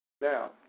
Now